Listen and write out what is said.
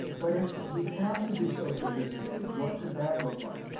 but, if we have to do social distancing, what could that look like?